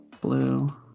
blue